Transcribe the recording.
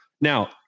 Now